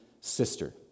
sister